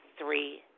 three